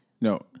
no